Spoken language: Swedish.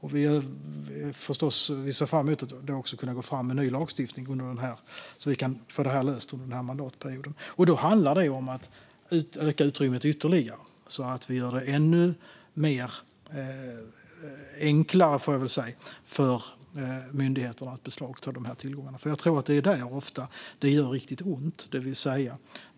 Vi ser förstås fram emot att kunna gå fram med ny lagstiftning, så att vi kan få detta löst under den här mandatperioden. Då handlar det om att öka utrymmet ytterligare så att vi gör det ännu enklare, får jag väl säga, för myndigheterna att beslagta dessa tillgångar. Jag tror nämligen att det ofta är där det gör riktigt ont.